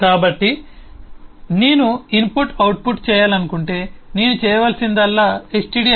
కాబట్టి నేను input output చేయాలనుకుంటే నేను చేయవలసిందల్లా stdio